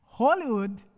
Hollywood